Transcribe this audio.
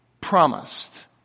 Promised